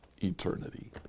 eternity